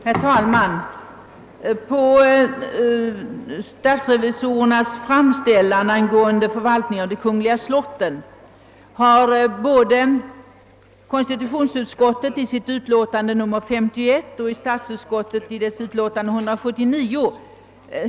Herr talman! Statsrevisorernas framställning angående förvaltningen av de kungl. slotten har behandlats av konstitutionsutskottet i dess utlåtande nr 51 och av statsutskottet i dess utlåtande nr 179.